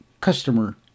customer